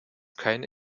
keine